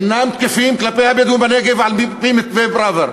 אינם תקפים כלפי הבדואים בנגב על-פי מתווה פראוור.